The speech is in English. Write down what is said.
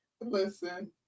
Listen